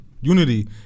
Unity